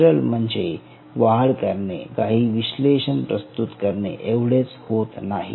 culture म्हणजे वाढ करणे आणि काही विश्लेषण प्रस्तुत करणे एवढेच होत नाही